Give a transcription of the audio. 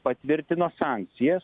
patvirtino sankcijas